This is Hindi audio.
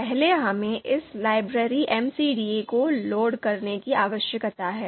पहले हमें इस लाइब्रेरी MCDA को लोड करने की आवश्यकता है